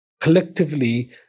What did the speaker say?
collectively